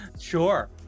Sure